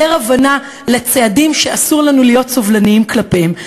יותר הבנה לצעדים שאסור לנו להיות סובלניים כלפיהם.